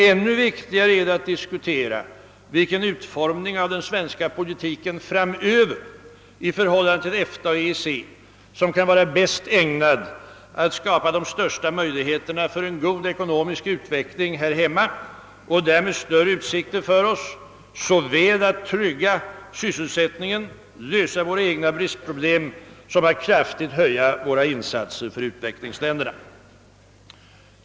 Ännu viktigare är det att diskutera vilken utformning av den svenska politiken framöver i förhållande till EFTA och EEC som kan vara bäst ägnad att skapa de största möjligheterna för en god ekonomisk utveckling här hemma och därmed större utsikter för oss såväl att trygga sysselsättningen och lösa våra egna bristproblem som att kraftigt höja våra insatser för utvecklingsländerna.